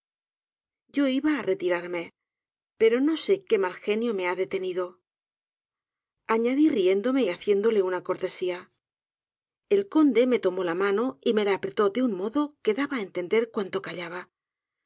yo á retirarme pero no sé que mal genio me ha detenido añadi riéndome y haciéndole una cortesía el conde me tomó la mano y me la apretó de un modo que daba á entender cuanto callaba